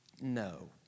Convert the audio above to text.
no